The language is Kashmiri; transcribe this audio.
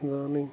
زانٕنۍ